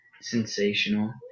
sensational